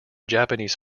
japanese